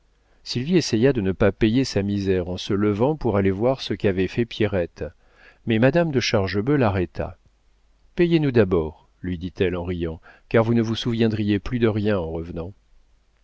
sylvie essaya de ne pas payer sa misère en se levant pour aller voir ce qu'avait fait pierrette mais madame de chargebœuf l'arrêta payez nous d'abord lui dit-elle en riant car vous ne vous souviendriez plus de rien en revenant